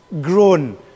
grown